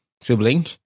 sibling